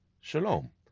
shalom